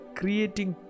creating